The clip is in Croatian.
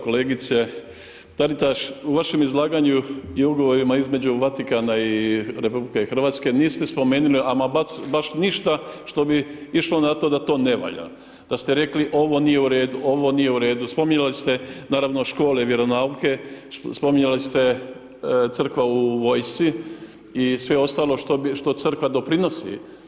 Kolegice Taritaš, u vašem izlaganju i Ugovorima između Vatikana i RH niste spomenuli, ama baš ništa što bi išlo na to da to ne valja, da ste rekli, ovo nije u redu, ovo nije u redu, spominjali ste, naravno, škole, vjeronauke, spominjali ste Crkva u vojsci i sve ostalo što Crkva doprinosi.